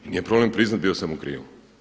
I nije problem priznat bio sam u krivu.